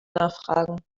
nachfragen